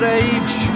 age